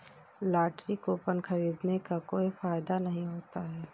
lottery coupon खरीदने का कोई फायदा नहीं होता है